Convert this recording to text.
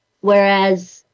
Whereas